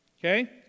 Okay